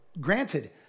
granted